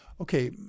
Okay